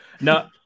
No